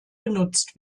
benutzt